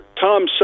Tom